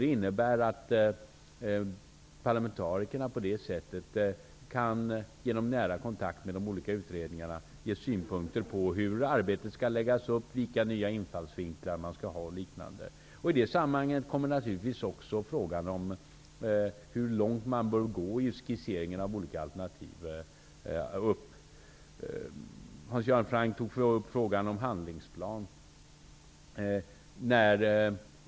Det innebär att parlamentarikerna på det sättet genom nära kontakter med de olika utredningarna kan ge synpunkter på hur arbetet skall läggas upp, vilka nya infallsvinklar man skall ha och liknande. I det sammanhanget kommer naturligtvis frågan om hur långt man bör gå i skisseringen av olika alternativ upp. Hans Göran Franck tog upp frågan om handlingsplan.